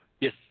Yes